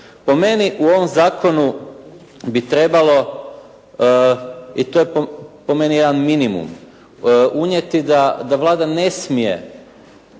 Po meni u ovom zakonu bi trebalo i to je po meni jedan minimum unijeti da Vlada ne smije